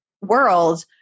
world